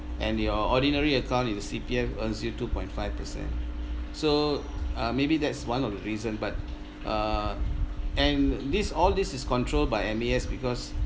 and your ordinary account in the C_P_F earns you two point five percent so uh maybe that's one of the reason but uh and this all this is controlled by M_A_S because